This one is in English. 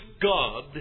God